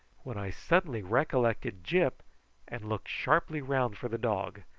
when i suddenly recollected gyp and looked sharply round for the dog,